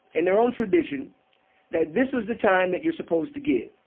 in their own tradition that this was the time that you're supposed to give.